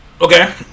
Okay